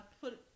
put